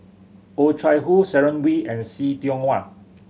Oh Chai Hoo Sharon Wee and See Tiong Wah